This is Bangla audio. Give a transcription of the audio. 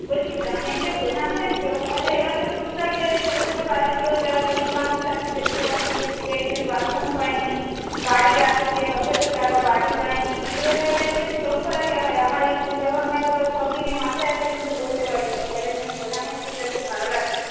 বলছি গ্রামের যে প্রধান হয়েছো তাহলে এবার তো টুকটাক যে ছোটো ছোটো কাজগুলো যারা গরিব মানুষ আছে দেখতে পাচ্ছি দু একজন বাথরুম পায় নি বাড়ি আসছে অথচ তারা বাড়ি পায় নি এগুলো একটু এবারে একটু একটু লক্ষ্য রাখলে হয় আমার এই চিন্তা ভাবনাগুলো সব দিনই মাথায় আসে কিন্তু বলতে পারি নি এবারে তুমি প্রধান হয়েছো বলে খুব ভালো লাগলো